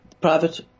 private